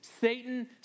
Satan